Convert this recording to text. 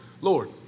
Lord